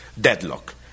deadlock